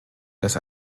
dass